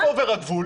איפה עובר הגבול?